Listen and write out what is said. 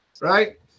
Right